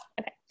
Okay